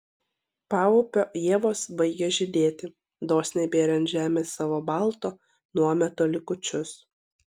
paupio ievos baigė žydėti dosniai bėrė ant žemės savo balto nuometo likučius